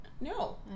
No